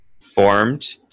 formed